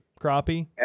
crappie